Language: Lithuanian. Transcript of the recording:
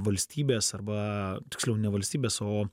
valstybės arba tiksliau ne valstybės o